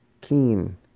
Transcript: keen